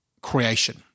creation